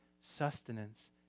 sustenance